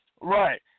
Right